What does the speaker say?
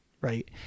Right